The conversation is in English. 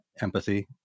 empathy